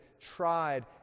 tried